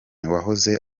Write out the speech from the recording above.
wahoze